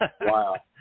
Wow